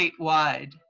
statewide